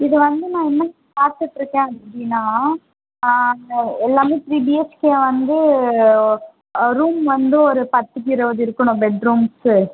இது வந்து நான் என்ன பார்த்துட்ருக்கேன் அப்படின்னா அங்கே எல்லாமே த்ரீ பிஹெச்கே வந்து ரூம் வந்து ஒரு பத்துக்கு இருபது இருக்கணும் பெட் ரூம்ஸ்ஸு